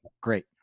Great